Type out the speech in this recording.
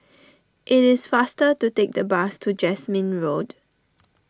it is faster to take the bus to Jasmine Road